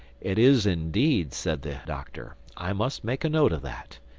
it is indeed, said the doctor. i must make a note of that.